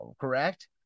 correct